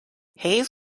hayes